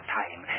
time